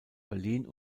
berlin